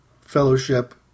fellowship